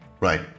right